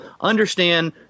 understand